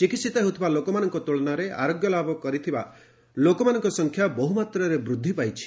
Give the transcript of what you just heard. ଚିକିହିତ ହେଉଥିବା ଲୋକମାନଙ୍କ ତୁଳନାରେ ଆରୋଗ୍ୟ ଲାଭ କରୁଥିବା ଲୋକମାନଙ୍କ ସଂଖ୍ୟା ବହୁ ମାତ୍ରାରେ ବୃଦ୍ଧି ପାଇଛି